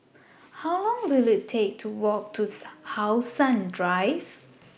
How Long Will IT Take to Walk to How Sun Drive